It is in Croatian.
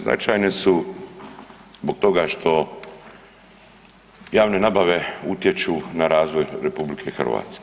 Značajne su zbog toga što javne nabave utječu na razvoj RH.